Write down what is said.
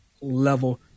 level